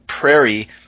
Prairie